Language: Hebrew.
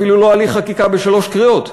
אפילו לא הליך חקיקה בשלוש קריאות.